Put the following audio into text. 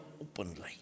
openly